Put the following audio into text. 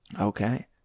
Okay